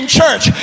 church